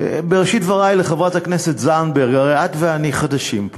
ובחוסר כבוד לכיסאות הריקים.